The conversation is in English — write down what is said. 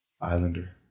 islander